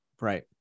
Right